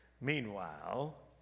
Meanwhile